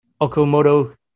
Okamoto